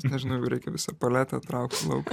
nežinau reikia visą paletę traukti lauk